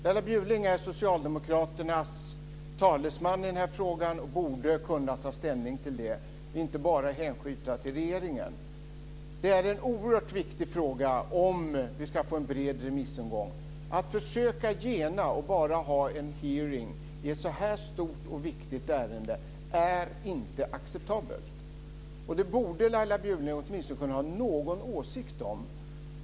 Laila Bjurling är Socialdemokraternas talesman i den här frågan och borde kunna ta ställning till det, inte bara hänskjuta till regeringen. Det är en oerhört viktig fråga om vi ska få en bred remissomgång. Att försöka gena och bara ha en hearing i ett så här stort och viktigt ärende är inte acceptabelt. Det borde Laila Bjurling åtminstone kunna ha någon åsikt om.